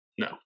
No